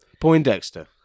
Poindexter